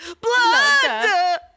Blood